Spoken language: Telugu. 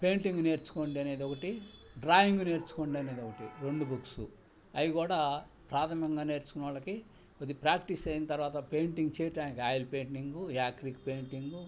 పెయింటింగ్ నేర్చుకోండనేది ఒకటి డ్రాయింగ్ నేర్చుకోండనేది ఒకటి రెండు బుక్సు అవి కూడా ప్రాథమంగా నేర్చుకున్నోళ్ళకి కొద్దీ ప్రాక్టీస్ అయిన తర్వాత పెయింటింగ్ చేయటానికి ఆయిల్ పెయింటింగ్ యాక్రిక్ పెయింటింగ్